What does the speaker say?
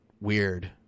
weird